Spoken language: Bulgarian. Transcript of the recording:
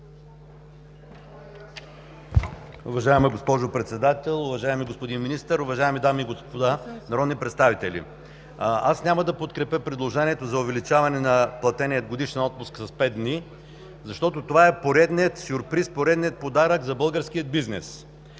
Уважаема госпожо Председател, уважаеми господин Министър, уважаеми дами и господа народни представители! Аз няма да подкрепя предложението за увеличаване на платения годишен отпуск с 5 дни, защото това е поредният сюрприз, поредният подарък за българския бизнес.